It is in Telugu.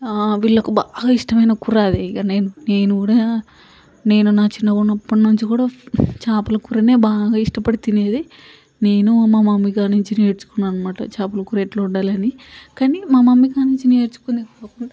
వీళ్ళకు బాగా ఇష్టమైన కూర అది నేను కూడ నేను నా చిన్నగ ఉన్నప్పటి నుంచి కూడ చేపల కూరనే బాగా ఇష్టపడి తినేది నేను మా మమ్మీ కాడనుంచి నేర్ఛుకున్నాను అనమాట చేపలకూర ఎట్లా వండాలని కానీ మా మమ్మీ కాడ నుంచి నేర్చుకునే